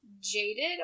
jaded